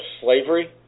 slavery